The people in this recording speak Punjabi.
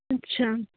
ਅੱਛਾ